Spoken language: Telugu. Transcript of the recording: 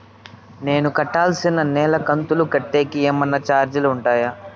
నేను కట్టాల్సిన నెల కంతులు కట్టేకి ఏమన్నా చార్జీలు ఉంటాయా?